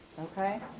Okay